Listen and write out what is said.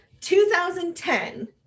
2010